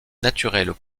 naturels